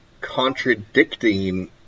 contradicting